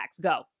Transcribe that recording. Go